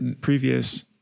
previous